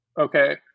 Okay